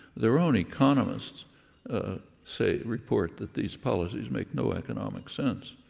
their own economists say report that these policies make no economic sense.